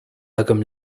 agam